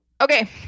Okay